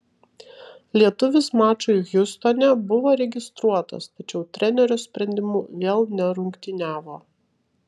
lietuvis mačui hjustone buvo registruotas tačiau trenerio sprendimu vėl nerungtyniavo